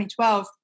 2012